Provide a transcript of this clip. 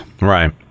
Right